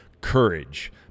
Courage